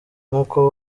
nkuko